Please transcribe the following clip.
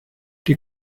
die